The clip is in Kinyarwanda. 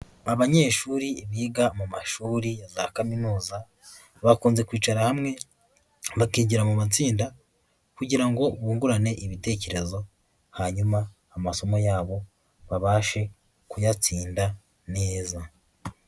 Abanyeshuri biga mu mashuri za kaminuza, bakunze kwicara hamwe, bakigira mu matsinda kugira ngo bungurane ibitekerezo, hanyuma amasomo yabo babashe kuyatsinda neza.